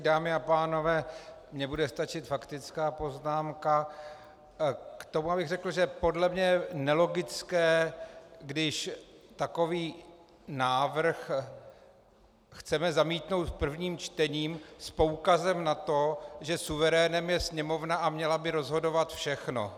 Dámy a pánové, mně bude stačit faktická poznámka k tomu, abych řekl, že podle mě je nelogické, když takový návrh chceme zamítnout v prvním čtení s poukazem na to, že suverénem je Sněmovna a měla by rozhodovat všechno.